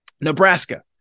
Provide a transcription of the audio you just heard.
Nebraska